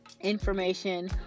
information